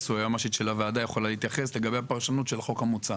וכך גם היועמ"שית של הוועדה לגבי הפרשנות של החוק המוצע.